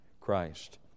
Christ